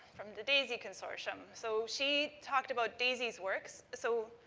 from the daisy consortium. so, she's talked about daisy's works. so,